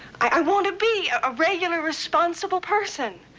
i want to be a regular, responsible person.